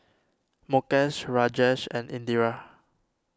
Mukesh Rajesh and Indira